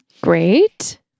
Great